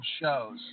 shows